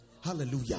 Hallelujah